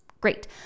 great